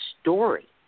story